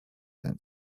and